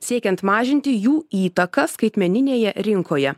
siekiant mažinti jų įtaką skaitmeninėje rinkoje